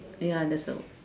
ya that's the